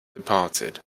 departed